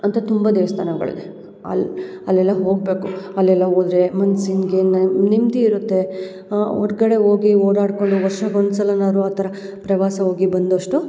ಅಂಥದ್ದು ತುಂಬ ದೇವಸ್ಥಾನಗಳು ಇದೆ ಅಲ್ಲಿ ಅಲ್ಲೆಲ್ಲ ಹೋಗಬೇಕು ಅಲ್ಲೆಲ್ಲ ಹೋದ್ರೆ ಮನ್ಸಿಂಗೆ ನ್ಯಾಮ್ ನೆಮ್ದಿ ಇರುತ್ತೆ ಹೊರ್ಗಡೆ ಹೋಗಿ ಓಡಾಡ್ಕೊಂಡು ವರ್ಷಕ್ಕೆ ಒಂದು ಸಲನಾರು ಆ ಥರ ಪ್ರವಾಸ ಹೋಗಿ ಬಂದಷ್ಟು